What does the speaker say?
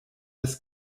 des